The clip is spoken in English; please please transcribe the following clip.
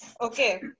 Okay